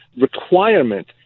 requirement